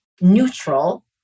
neutral